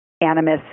Animus